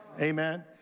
Amen